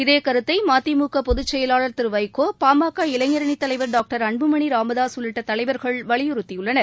இதேகருத்தை மதிமுக பொதுச்செயலாளர் திரு வைகோ பாமக இளைஞரணி தலைவர் டாக்டர் அன்புமணி ராமதாஸ் உள்ளிட்ட தலைவர்கள் வலியுறுத்தியுள்ளனர்